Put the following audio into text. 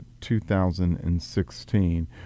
2016